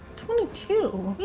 twenty two.